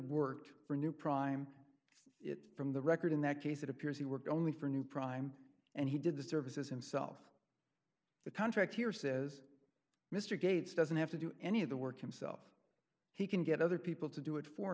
worked for a new prime it from the record in that case it appears he worked only for a new prime and he did the services himself the contract here says mr gates doesn't have to do any of the work himself he can get other people to do it for